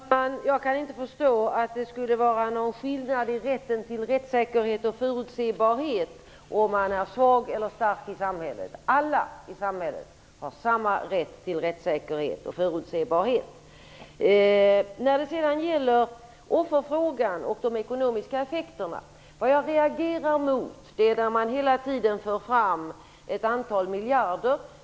Herr talman! Jag kan inte förstå att det skulle vara någon skillnad i rätten till rättssäkerhet och förutsebarhet om man är svag eller stark i samhället. Alla i samhället har samma rätt till rättssäkerhet och förutsebarhet. Det jag reagerar mot när det gäller frågan om offer och de ekonomiska effekterna är när man hela tiden för fram ett antal miljarder.